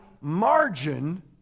margin